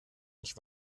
ich